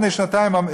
לפני שנתיים,